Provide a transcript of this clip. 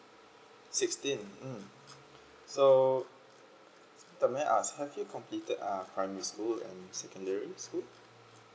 sixteen mm so th~ may ask have you completed uh primary school and secondary school